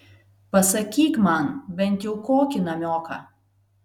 pasakyk man bent jau kokį namioką